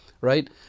right